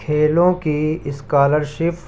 کھیلوں کی اسکالرشف